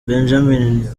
benjamin